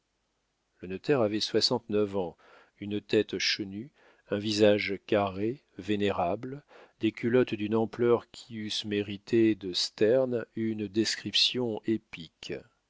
le notaire avait soixante-neuf ans une tête chenue un visage carré vénérable des culottes d'une ampleur qui eussent mérité de sterne une description épique